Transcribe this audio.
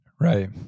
Right